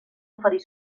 oferir